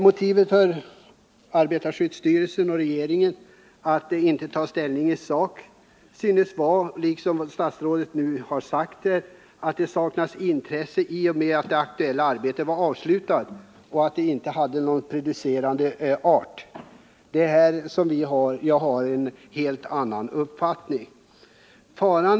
Motiveringen för arbetarskyddsstyrelsen och regeringen att inte ta ställning i sak synes, såsom statsrådet nu har sagt här, vara att ärendet skulle sakna intresse i och med att det aktuella arbetet redan var avslutat och att ärendet inte var av prejudicerande art. Det är härom som jag har en helt annan uppfattning.